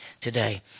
today